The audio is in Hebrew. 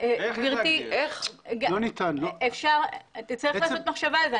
להגדיר, צריך לעשות מחשבה על זה.